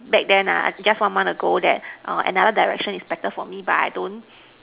back then ah just one month ago that err another Direction is better for me but I don't